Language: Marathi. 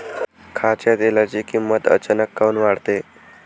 खाच्या तेलाची किमत अचानक काऊन वाढते?